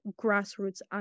grassroots